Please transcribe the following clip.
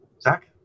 Zach